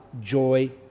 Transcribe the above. joy